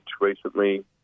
recently